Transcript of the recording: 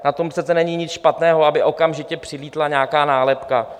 Na tom přece není nic špatného, aby okamžitě přilétla nějaká nálepka.